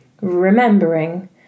remembering